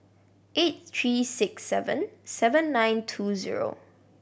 eight three six seven seven nine two zero